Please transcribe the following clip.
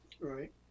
Right